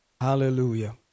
Hallelujah